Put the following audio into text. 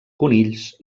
conills